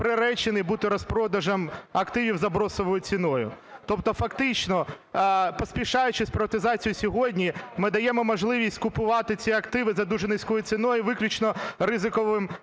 приречений бути розпродажем активів за бросовою ціною? Тобто фактично, поспішаючи з приватизацією сьогодні, ми даємо можливість купувати ці активи за дуже низькою ціною виключно ризиковим